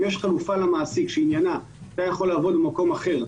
אם למעסיק יש חלופה שעניינה שאתה יכול לעבוד במקום אחר,